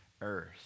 earth